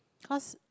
because